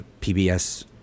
PBS